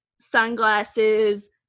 sunglasses